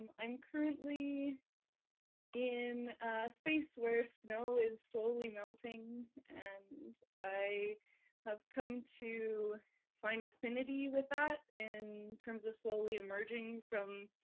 um i'm currently in a space where snow is slowly melting. and i have come to find affinity with that in terms of slowly emerging from